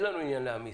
אין לנו עניין להעמיס.